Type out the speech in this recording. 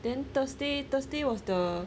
then thursday thursday was the